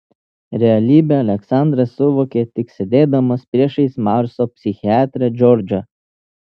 realybę aleksandras suvokė tik sėdėdamas priešais marso psichiatrę džordžą